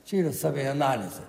čia yra savianalizė